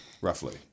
roughly